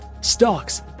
stocks